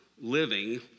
living